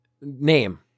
name